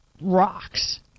rocks